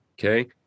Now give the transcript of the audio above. okay